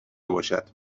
باشد